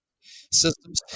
systems